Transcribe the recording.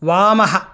वामः